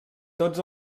tots